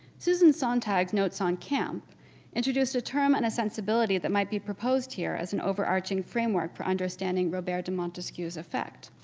susan sontag notes on camp introduced a term and a sensibility that might be proposed here as an overarching framework for understanding robert de montesquiou's effect.